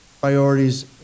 priorities